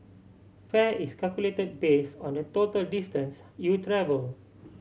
fare is calculate base on the total distance you travel